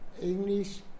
English